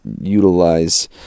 utilize